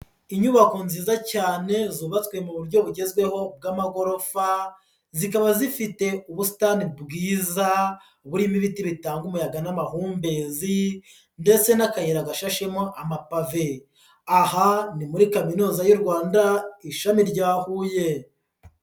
Inyubako nziza cyane zubatswe mu buryo bugezweho bw'amagorofa, zikaba zifite ubusitani bwiza burimo ibiti bitanga umuyaga n'amahumbezi, ndetse n'akayira gashashemo amapave. Aha ni muri kaminuza y'u Rwanda ishami rya Huye.